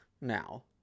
now